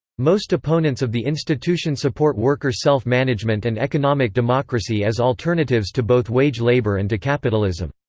most opponents of the institution support worker self-management and economic democracy as alternatives to both wage labour and to capitalism.